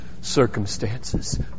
circumstances